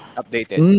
updated